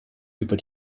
über